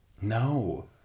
No